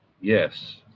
Yes